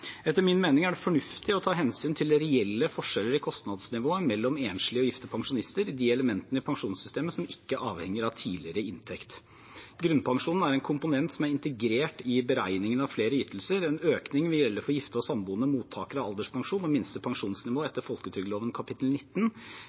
Etter min mening er det fornuftig å ta hensyn til reelle forskjeller i kostnadsnivået mellom enslige og gifte pensjonister i de elementene i pensjonssystemet som ikke avhenger av tidligere inntekt. Grunnpensjonen er en komponent som er integrert i beregningen av flere ytelser. En økning vil gjelde for gifte og samboende mottakere av alderspensjon og minste pensjonsnivå etter folketrygdloven kapittel 19.